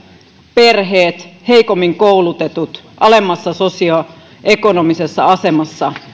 perheet heikommin koulutetut alemmassa sosioekonomisessa asemassa